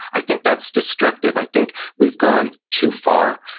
i think that's destructive. i think we've gone too far.